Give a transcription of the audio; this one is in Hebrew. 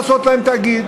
למה לעשות להן תאגיד?